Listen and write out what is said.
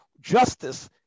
justice